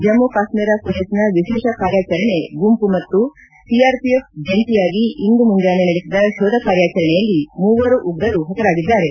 ಜಮ್ನು ಕಾಶ್ಮೀರ ಪೊಲೀಸ್ನ ವಿಶೇಷ ಕಾರ್ಯಾಚರಣೆ ಗುಂಪು ಮತ್ತು ಸಿಆರ್ಪಿಎಫ್ ಜಂಟಿಯಾಗಿ ಇಂದು ಮುಂಜಾನೆ ನಡೆಸಿದ ಶೋಧ ಕಾರ್ಯಾಚರಣೆಯಲ್ಲಿ ಮೂವರು ಉಗ್ರರು ಹತರಾಗಿದ್ದಾರೆ